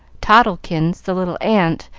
toddlekins, the little aunt,